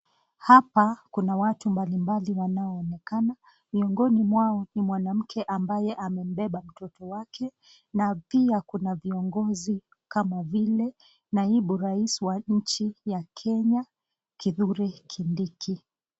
Hapa kuna watu mbalimbali wanaonekana, miongoni mwao ni mwanamke ambaye amembeba mtoto wake na pia kuna viongozi kama vile naibu rais wa nchi ya Kenya Kithure Kindiki.